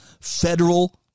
federal